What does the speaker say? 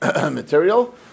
material